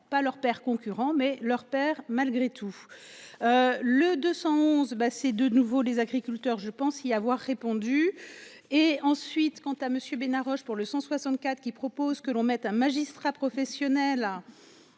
pas leur père concurrents mais leur père malgré tout. Le 211, bah c'est de nouveau les agriculteurs je pense y avoir répondu et ensuite. Quant à Monsieur Bénard Roche pour le 164 qui propose que l'on mette un magistrat professionnel.